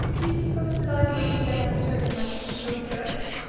do you suppose that i am but a play-actor in my cathedral church?